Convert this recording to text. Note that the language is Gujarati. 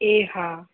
એ હા